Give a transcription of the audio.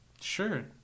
Sure